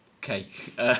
cake